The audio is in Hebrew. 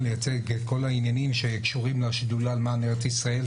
לייצג את כל העניינים שקשורים לשדולה למען ארץ ישראל,